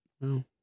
No